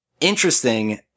interesting